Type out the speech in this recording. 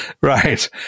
Right